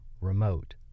remote